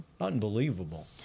Unbelievable